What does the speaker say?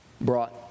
brought